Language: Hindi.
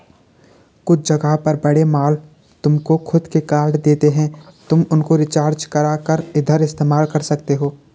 कुछ जगह पर बड़े मॉल तुमको खुद के कार्ड देते हैं तुम उनको रिचार्ज करा कर उधर इस्तेमाल कर सकते हो